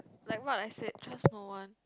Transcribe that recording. like what I said trust no one